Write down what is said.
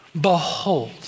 Behold